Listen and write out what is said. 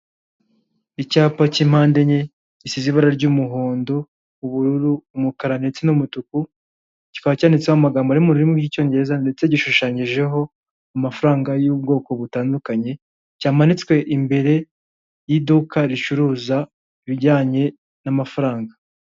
Icyapa cy'impande enye, gisize ibara ry'umuhondo, ubururu, umukara ndetse n'umutuku, kikaba cyanyanditseho amagambo ari mu rurimi rw'lcyongereza ndetse gishushanyijeho amafaranga y'ubwoko butandukanye, cyamanitswe imbere y'iduka ricuruza ibijyanye n'amafaranga.